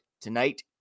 tonight